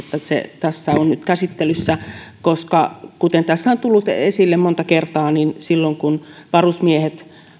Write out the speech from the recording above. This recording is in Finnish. se tässä on nyt käsittelyssä koska kuten tässä on tullut esille monta kertaa silloin kun varusmiehet